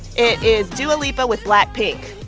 it is dua lipa with blackpink.